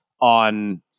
on